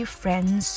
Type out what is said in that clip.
friends